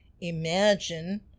imagine